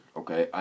okay